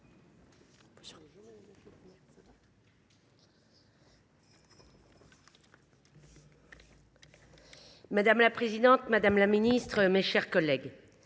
Madame la présidente, madame la ministre, mes chers collègues,